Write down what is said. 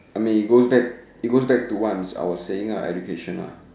I mean it goes it goes back to what I was saying lah education lah